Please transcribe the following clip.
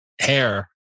hair